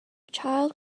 child